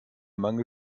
mangel